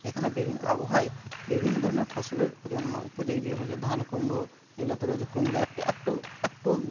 এখানে আবহাওয়ায় বিভিন্ন ধরণের ফসলের জন্য উপযোগী ধান কুমড়ো এগুলোতো তো রয়েছে কুমড়ো একটা একটু একটু